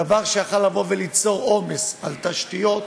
דבר שיכול היה ליצור עומס על תשתיות,